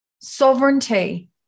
Sovereignty